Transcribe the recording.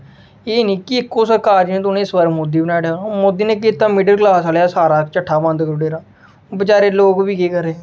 एह् निं कि इक्को सरकार जि'यां तुसें इस बार मोदी गी बनाई ओड़ेआ मोदी ने केह् कीता मिडिल क्लॉस आह्लें दा सारा चट्ठा बंद करी ओड़े दा बचैरे लोग बी केह् करै